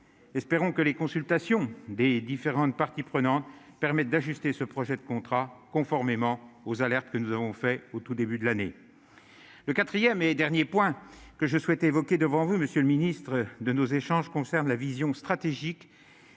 espérons que les consultations des différentes parties prenantes permettent d'ajuster ce projet de contrat conformément aux alertes que nous avons fait au tout début de l'année, le 4ème et dernier point que je souhaitais évoquer devant vous, monsieur le ministre, de nos échanges concernent la vision stratégique,